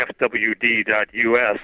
FWD.US